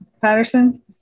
Patterson